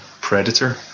Predator